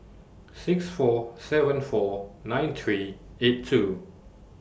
six four seven four nine three eight two